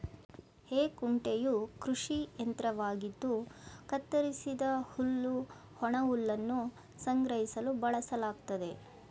ಹೇ ಕುಂಟೆಯು ಕೃಷಿ ಯಂತ್ರವಾಗಿದ್ದು ಕತ್ತರಿಸಿದ ಹುಲ್ಲು ಒಣಹುಲ್ಲನ್ನು ಸಂಗ್ರಹಿಸಲು ಬಳಸಲಾಗ್ತದೆ